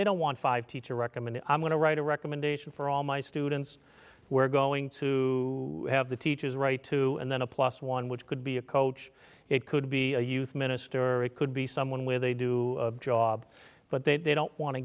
they don't want five teacher recommended i'm going to write a recommendation for all my students we're going to have the teachers write to and then a plus one which could be a coach it could be a youth minister or it could be someone where they do a job but they don't want to